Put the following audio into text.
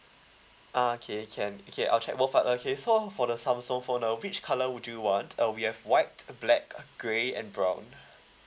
ah okay can okay I'll check both okay so for the samsung phone uh which colour would you want uh we have white black grey and brown